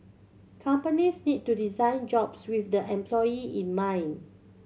companies need to design jobs with the employee in mind